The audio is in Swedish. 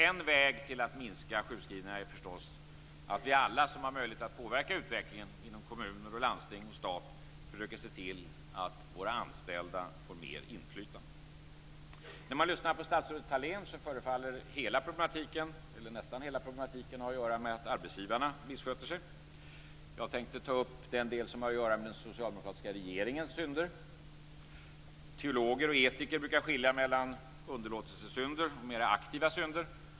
En väg till att minska sjukskrivningarna är förstås att vi alla som har möjlighet att påverka utvecklingen inom kommuner, landsting och staten försöker att se till att våra anställda får mer inflytande. När man lyssnar på statsrådet Thalén förefaller hela problematiken, eller nästan hela problematiken, ha att göra med att arbetsgivarna missköter sig. Jag tänkte ta upp den del som har att göra med den socialdemokratiska regeringens synder. Teologer och etiker brukar skilja mellan underlåtenhetssynder och mer aktiva synder.